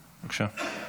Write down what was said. בבקשה.